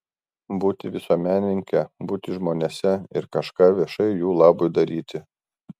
būti visuomenininke būti žmonėse ir kažką viešai jų labui daryti